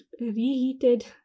reheated